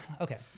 okay